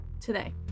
today